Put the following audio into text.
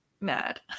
mad